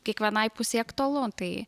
kiekvienai pusei aktualu tai